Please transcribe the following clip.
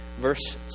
verse